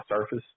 Surface